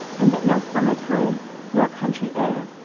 and that no summer-time nor country air,